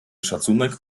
szacunek